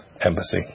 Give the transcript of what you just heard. embassy